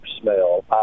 smell